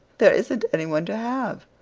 there isn't any one to have.